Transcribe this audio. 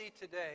today